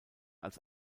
als